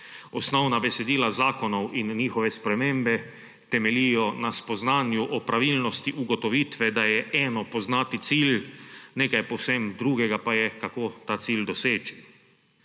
Osnovna besedila zakonov in njihove spremembe temeljijo na spoznanju o pravilnosti ugotovitve, da je eno poznati cilj, nekaj povsem drugega pa je, kako ta cilj doseči.